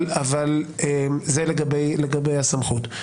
אבל זה לגבי הסמכות.